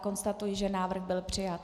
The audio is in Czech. Konstatuji, že návrh byl přijat.